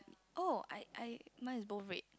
oh I I mine is both red